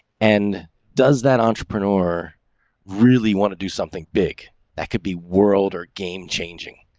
and does that entrepreneur really want to do something big that could be world or game changing,